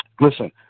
listen